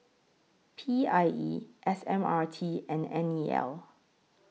P I E S M R T and N E L